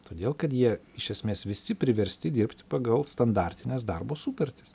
todėl kad jie iš esmės visi priversti dirbti pagal standartines darbo sutartis